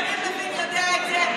יריב לוין יודע את זה.